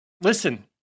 Listen